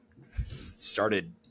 started –